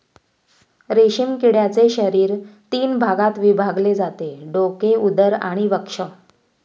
रेशीम किड्याचे शरीर तीन भागात विभागले जाते डोके, उदर आणि वक्ष